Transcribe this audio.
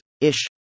ish